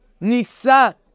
Nisa